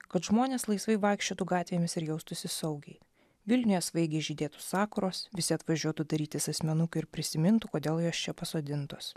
kad žmonės laisvai vaikščiotų gatvėmis ir jaustųsi saugiai vilniuje svaigiai žydėtų sakuros visi atvažiuotų darytis asmenukių ir prisimintų kodėl jos čia pasodintos